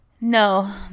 No